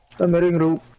the but group